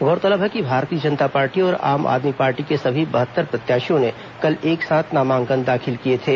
गौरतलब है कि भारतीय जनता पार्टी और आम आदमी पार्टी के सभी बहत्तर प्रत्याशियों ने कल एक साथ नामांकन दाखिल किए थे